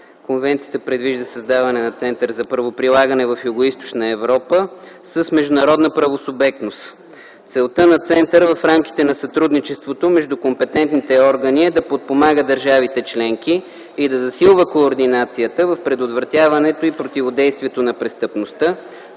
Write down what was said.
Конвенцията предвижда създаване на Център за правоприлагане в Югоизточна Европа с международна правосубектност. Целта на Центъра в рамките на сътрудничеството между компетентните органи е да подпомага държавите членки и да засилва координацията в предотвратяването и противодействието на престъпността,